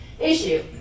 issue